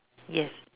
yes